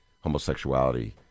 homosexuality